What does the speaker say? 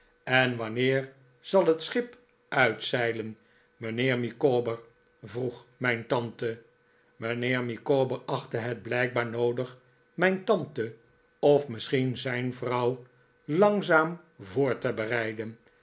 en wanneer zal het schip uitzeilen mijndavid copperfield heer micawber vroeg mijn tante mijnheer micawber achtte het blijkbaar noodig mijn tante of misschien zijn vrouw langzaam voor te bereiden